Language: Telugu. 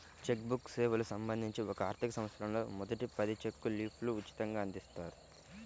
చెక్ బుక్ సేవలకు సంబంధించి ఒక ఆర్థికసంవత్సరంలో మొదటి పది చెక్ లీఫ్లు ఉచితంగ అందిస్తారు